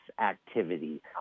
activity